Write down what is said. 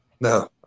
No